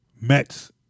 Mets